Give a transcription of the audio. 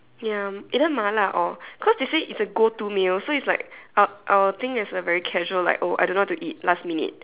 ya either mala or cause you say it's a go to meal so is like I I will think it's a very casual like oh I don't know what to eat last minute